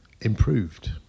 improved